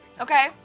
Okay